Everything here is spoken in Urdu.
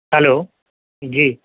ہیلو جی